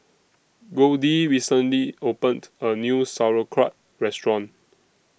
Goldie recently opened A New Sauerkraut Restaurant